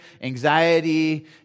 anxiety